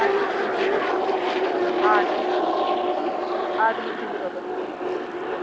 اچھا ٹھیٖک ٹھیٖک اچھا ٹھیٖک اد حظ بِہِو رۄبَس حوال اچھا ٹھیٖک